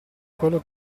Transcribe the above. quello